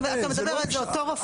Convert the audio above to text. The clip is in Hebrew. אתה מדבר על אותו רופא.